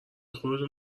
خودتون